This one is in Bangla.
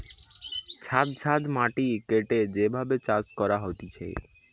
ছাদ ছাদ মাটি কেটে যে ভাবে চাষ করা হতিছে